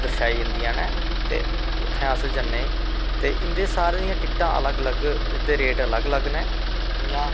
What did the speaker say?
दर्शाई जंदियां न ते उत्थै अस जन्ने ते इं'दी सारें दियां टिकटां अलग अलग दे रेट अलग अलग न जियां